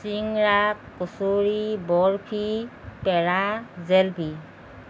চিঙৰা কচুৰি বৰ্ফি পেৰা জেলেপি